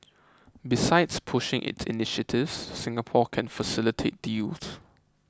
besides pushing its initiatives Singapore can facilitate deals